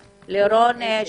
אשל.